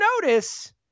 notice